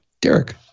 Derek